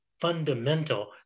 fundamental